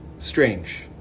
strange